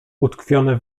utkwione